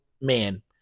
man